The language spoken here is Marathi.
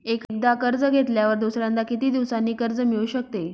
एकदा कर्ज घेतल्यावर दुसऱ्यांदा किती दिवसांनी कर्ज मिळू शकते?